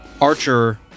archer